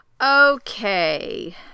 Okay